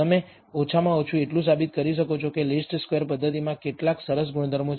તમે ઓછામાં ઓછું એટલું સાબિત કરી શકો છો કે લિસ્ટ સ્કવેર્સ પદ્ધતિમાં કેટલાક સરસ ગુણધર્મો છે